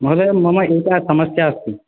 महोदय मम एका समस्या अस्ति